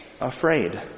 afraid